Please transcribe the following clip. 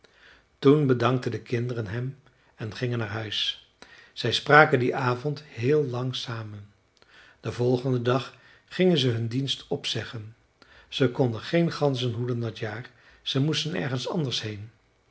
toen bedankten de kinderen hem en gingen naar huis zij spraken dien avond heel lang samen den volgenden dag gingen ze hun dienst opzeggen ze konden geen ganzen hoeden dat jaar ze moesten ergens anders heen